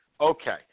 Okay